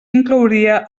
inclouria